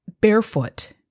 barefoot